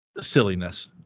silliness